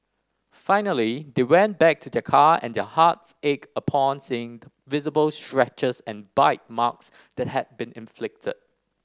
finally they went back to their car and their hearts ached upon seeing the visible scratches and bite marks that had been inflicted